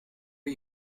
are